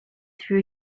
threw